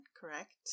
Correct